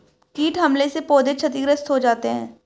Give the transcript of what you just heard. कीट हमले से पौधे क्षतिग्रस्त हो जाते है